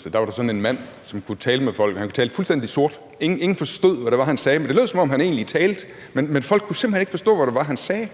skjult kamera. Der var sådan en mand, som talte med folk, og han talte fuldstændig sort. Ingen forstod, hvad det var, han sagde, men det lød, som om han egentlig talte, men folk kunne simpelt hen ikke forstå, hvad det var, han sagde.